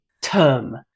term